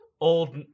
old